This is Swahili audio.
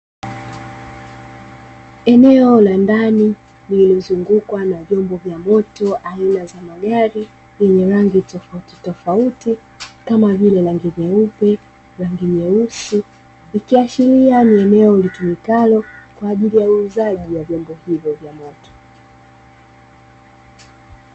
Eneo la ndani lililozungukwa na vyombo vya moto aina za magari zenye rangi tofauti tofauti kama vile rangi nyeupe, rangi nyeusi ikiashiria ni eneo litumikalo kwa ajili ya uuzaji wa vyombo hivyo vya moto.